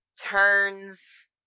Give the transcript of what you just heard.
turns